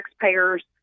taxpayers